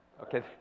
Okay